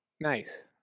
Nice